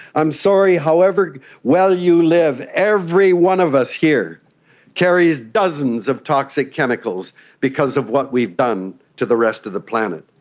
i'm sorry, however well you live, every one of us here carries dozens of toxic chemicals because of what we've done to the rest of the planet.